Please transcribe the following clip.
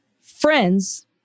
friend's